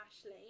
Ashley